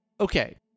Okay